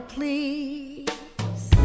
please